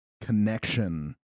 connection